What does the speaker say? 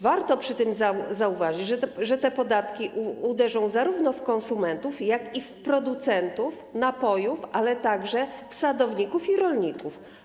Warto przy tym zauważyć, że te podatki uderzą zarówno w konsumentów, jak i w producentów napojów, ale także w sadowników i rolników.